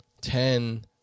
ten